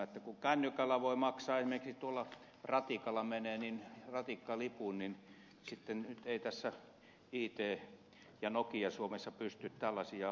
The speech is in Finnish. kun kännykällä voi maksaa esimerkiksi tuolla kun ratikalla menee ratikkalipun niin sitten ei tässä it ja nokia suomessa pystytä tällaisia hoitamaan ja maksamaan